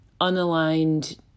unaligned